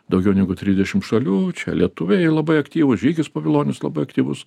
daugiau negu trisdešimt šalių čia lietuviai labai aktyvūs žygis pavilonis labai aktyvus